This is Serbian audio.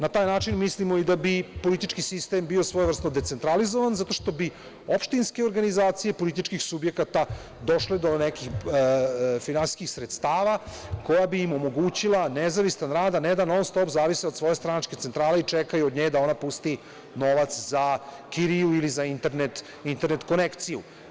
Na taj način mislimo i da bi politički sistem bio svojevrsno decentralizovan, zato što bi opštinske organizacije političkih subjekata došle do nekih finansijskih sredstava koja bi im omogućila nezavisan rad, a ne da non-stop zavise od svoje stranačke centrale i čekaju od nje da pusti novac za kiriju ili za internet konekciju.